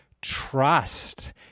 trust